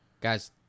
Guys